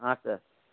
हाँ सर